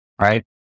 right